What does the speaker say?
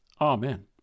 Amen